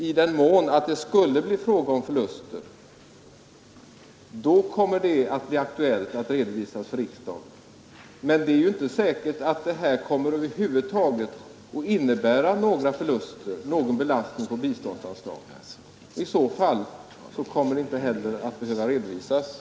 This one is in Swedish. I den mån det skulle bli fråga omförluster kommer det att bli aktuellt att redovisa dessa för riksdagen. Men det är inte säkert att detta över huvud taget kommer att innebära några förluster eller någon belastning på biståndsanslagen. I så fall kommer det inte heller att behövas någon redovisning.